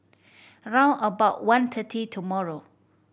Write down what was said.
round about one thirty tomorrow